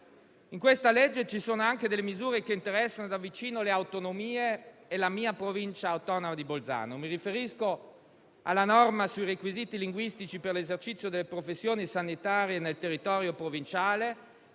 In questa legge ci sono anche delle misure che interessano da vicino le autonomie e la mia Provincia autonoma di Bolzano. Mi riferisco alla norma sui requisiti linguistici per l'esercizio delle professioni sanitarie nel territorio provinciale,